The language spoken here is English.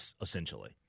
essentially